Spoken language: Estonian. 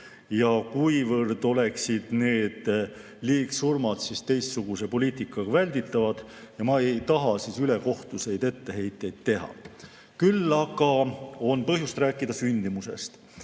ja kuivõrd oleksid need liigsurmad teistsuguse poliitikaga olnud välditavad. Ma ei taha ülekohtuseid etteheiteid teha. Küll aga on põhjust rääkida sündimusest.